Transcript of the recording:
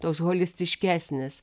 toks holistiškesnis